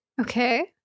Okay